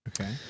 Okay